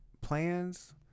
plans